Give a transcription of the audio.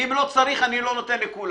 ואם לא צריך, אני לא נותן לכולם.